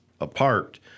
apart